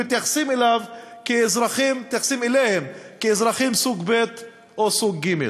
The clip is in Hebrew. ומתייחסים אליהם כאל אזרחים סוג ב' או סוג ג'.